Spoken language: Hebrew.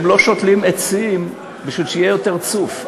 הם לא שותלים עצים בשביל שיהיה יותר צוף,